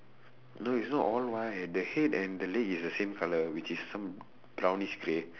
no its not all white the head and the leg is the same colour which is some brownish grey